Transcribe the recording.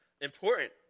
important